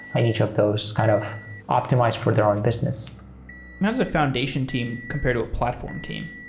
each of those kind of optimize for their own business how does a foundation team compare to a platform team?